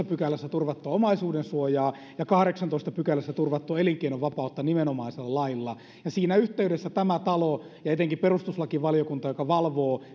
pykälässä turvattua omaisuudensuojaa ja kahdeksannessatoista pykälässä turvattua elinkeinovapautta nimenomaisella lailla siinä yhteydessä tämä talo ja etenkin perustuslakivaliokunta joka valvoo